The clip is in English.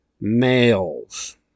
males